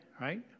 right